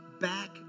back